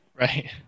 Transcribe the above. Right